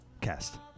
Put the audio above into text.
Cast